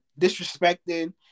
disrespecting